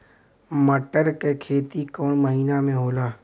मटर क खेती कवन महिना मे होला?